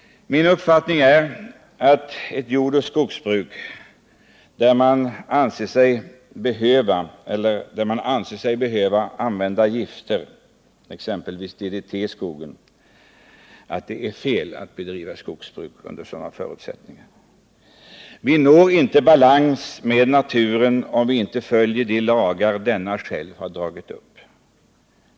Min uppfattning är att det är fel att bedriva ett jordoch skogsbruk under sådana förutsättningar att man anser sig behöva använda gifter, exempelvis DDT, i skogen. Vi uppnår inte balans med naturen, om vi inte följer de lagar som denna själv har skapat.